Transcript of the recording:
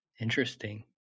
Interesting